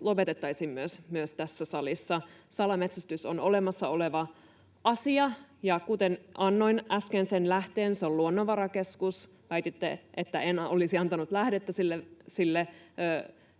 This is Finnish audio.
lopetettaisiin myös tässä salissa. Salametsästys on olemassa oleva asia, ja kuten annoin äsken sen lähteen, sen lähde on Luonnonvarakeskus. Väititte, että en olisi antanut lähdettä sille